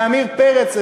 מעמיר פרץ,